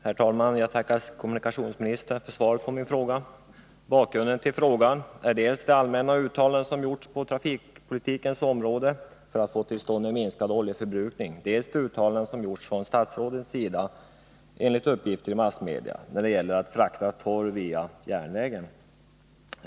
Herr talman! Jag tackar kommunikationsministern för svaret på min fråga. Bakgrunden till frågan är dels de allmänna uttalanden som gjorts på trafikpolitikens område om vikten av att få till stånd en minskad oljeförbrukning, dels de uttalanden som enligt uppgifter i massmedia gjorts från statsrådets sida när det gäller att frakta torv via järnvägen.